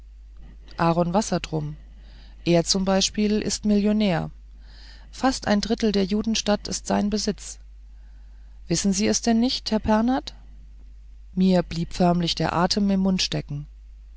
aaron wassertrum er zum beispiel ist millionär fast ein drittel der judenstadt ist sein besitz wissen sie es denn nicht herr pernath mir blieb förmlich der atem im mund